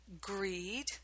greed